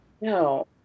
No